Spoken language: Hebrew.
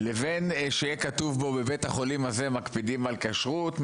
לבין שיהיה כתוב בו: בבית החולים הזה מקפידים על כשרות,